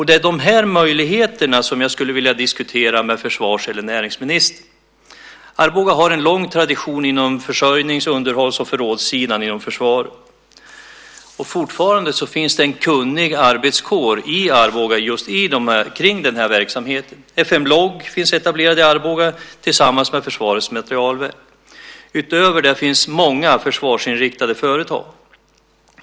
Det är de möjligheterna jag vill diskutera med försvars eller näringsministern. Arboga har en lång tradition inom försörjnings-, underhålls och förrådssidan inom försvaret. Fortfarande finns det en kunnig arbetskår i Arboga kring verksamheten. FM Log finns etablerad i Arboga tillsammans med Försvarets materielverk. Utöver det finns många försvarsinriktade företag.